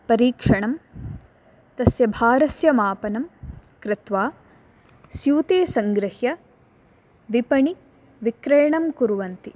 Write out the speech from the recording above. परीक्षणं तस्य भारस्य मापनं कृत्वा स्यूते संगृह्य विपणि विक्रयणं कुर्वन्ति